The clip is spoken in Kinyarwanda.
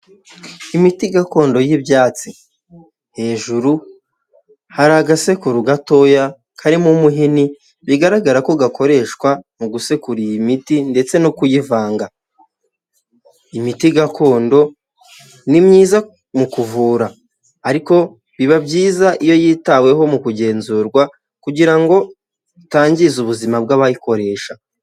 Imiti gakondo y'ibyatsi hejuru hari agasekuru gatoya karimo umuhini bigaragara ko gakoreshwa mu gusekura iyi miti ndetse no kuyivanga, imiti gakondo ni myiza mu kuvura ariko biba byiza iyo yitaweho mu kugenzurwa kugira ngo itangize ubuzima bw'abayikoresha.